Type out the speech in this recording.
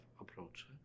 approach